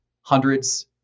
hundreds